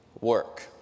work